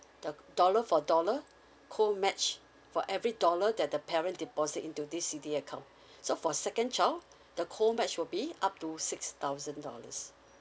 the dollar for dollar co match for every dollar that the parent deposit into this C_D_A account so for second child the co match will be up to six thousand dollars